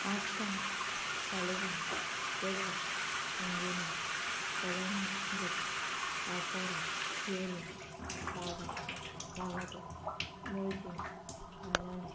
Assagao Saligao Colva Anjuna Calangute Arpora Siolim Baga Vagator Morjim Palolem